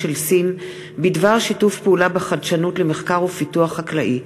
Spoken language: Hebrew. של סין בדבר שיתוף פעולה בחדשנות למחקר ופיתוח חקלאי,